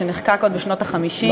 שנחקק עוד בשנות ה-50,